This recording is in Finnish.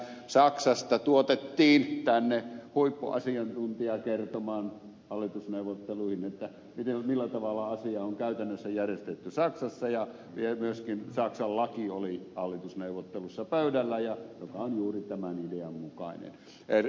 saksasta tuotettiin tänne huippuasiantuntija hallitusneuvotteluihin kertomaan millä tavalla asia on käytännössä järjestetty saksassa ja myöskin oli hallitusneuvotteluissa pöydällä saksan laki joka on juuri tämän idean mukainen